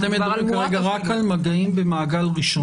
אתם מדברים רק על מגעים במעגל ראשון.